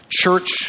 church